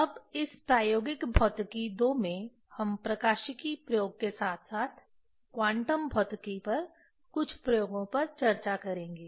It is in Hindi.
अब इस प्रायोगिक भौतिकी II में हम प्रकाशिकी प्रयोग के साथ साथ क्वांटम भौतिकी पर कुछ प्रयोगों पर चर्चा करेंगे